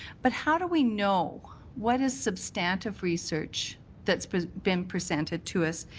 but how do we know what is substantive research that's been presented to us?